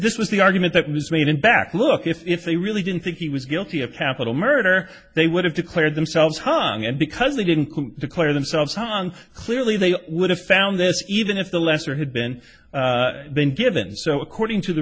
this was the argument that was made in back look if they really didn't think he was guilty of capital murder they would have declared themselves hung and because they didn't declare themselves on clearly they would have found this even if the lesser had been been given so according to the